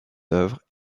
œuvres